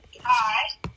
hi